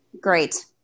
Great